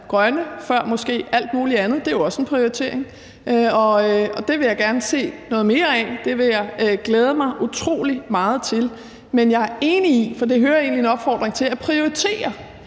grønne før måske alt mulig andet – det er jo også en prioritering. Det vil jeg gerne se noget mere af, det vil jeg glæde mig utrolig meget til. Men jeg er enig i, for det hører jeg egentlig en opfordring til, at prioritere